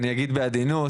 אני אגיד בעדינות,